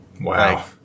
Wow